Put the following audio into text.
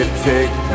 take